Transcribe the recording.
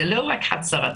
זה לא רק הצהרתי,